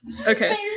Okay